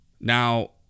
Now